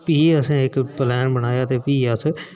फ्ही असें इक पलैन बनाया ते फ्ही अस